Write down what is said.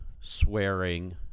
swearing